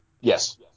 Yes